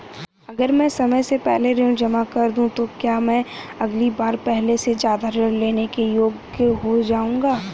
अगर मैं समय से पहले ऋण जमा कर दूं तो क्या मैं अगली बार पहले से ज़्यादा ऋण लेने के योग्य हो जाऊँगा?